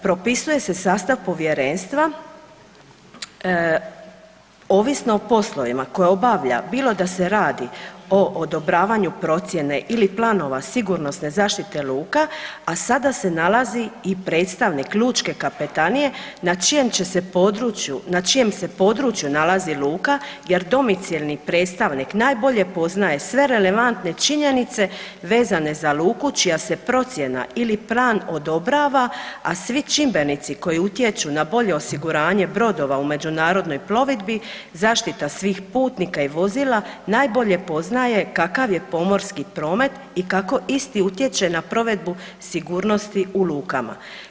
Propisuje se sastav Povjerenstva, ovisno o poslovima koje obavlja, bilo da se radi o odobravanju procjene ili planova sigurnosne zaštite luka, a sada se nalazi i predstavnik Lučke Kapetanije na čijem se području nalazi luka jer domicilni predstavnik najbolje poznaje sve relevantne činjenice vezane za luku čija se procjena ili plan odobrava, a svi čimbenici koji utječu na bolje osiguranje brodova u međunarodnoj plovidbi, zaštita svih putnika i vozila najbolje poznaje kakav je pomorski promet i kako isti utječe na provedbu sigurnosti u lukama.